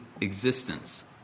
existence